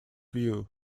view